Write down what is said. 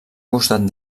costat